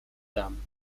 them